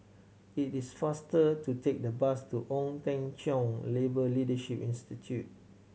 it is faster to take the bus to Ong Teng Cheong Labour Leadership Institute